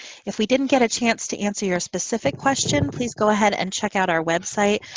if we didn't get a chance to answer your specific question, please go ahead and check out our website,